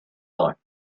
life